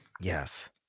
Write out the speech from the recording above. Yes